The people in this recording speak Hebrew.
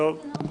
טוב.